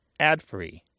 adfree